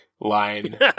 line